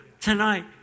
tonight